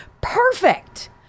Perfect